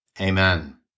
Amen